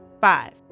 Five